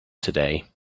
today